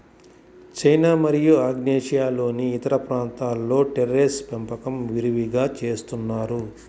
China మరియు ఆగ్నేయాసియాలోని ఇతర ప్రాంతాలలో టెర్రేస్ పెంపకం విరివిగా చేస్తున్నారు